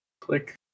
Click